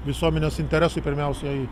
visuomenės interesui pirmiausiai